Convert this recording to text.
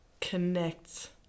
connect